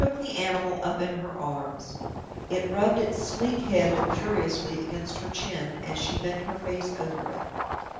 she took the animal up in her arms it rubbed its sleek head luxuriously against her chin as she bent her face over it.